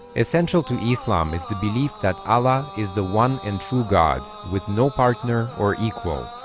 essential to islam is the belief that allah is the one and true god with no partner or equal?